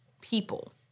people